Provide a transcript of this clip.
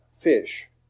fish